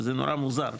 שזה נורא מוזר,